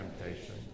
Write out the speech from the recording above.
temptation